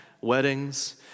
weddings